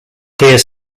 hears